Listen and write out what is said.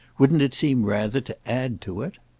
wouldn't it seem rather to add to it?